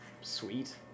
Sweet